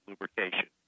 lubrication